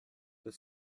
the